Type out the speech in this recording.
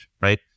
right